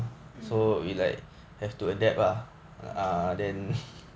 mm